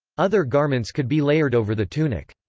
other garments could be layered over the tunic.